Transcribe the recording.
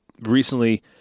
recently